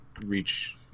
reach